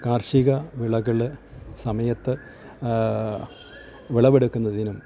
കാർഷിക വിളകള് സമയത്ത് വിളവെടുക്കുന്നതിനും